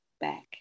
back